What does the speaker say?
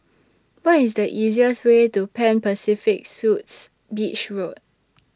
What IS The easiest Way to Pan Pacific Suites Beach Road